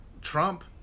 Trump